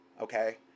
Okay